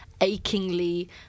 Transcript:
achingly